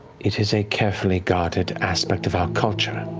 it is a carefully guarded aspect of our culture.